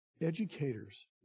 Educators